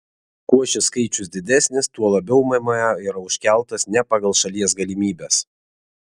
kuo šis skaičius didesnis tuo labiau mma yra užkeltas ne pagal šalies galimybes